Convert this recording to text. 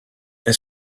est